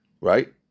right